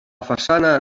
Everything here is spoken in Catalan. façana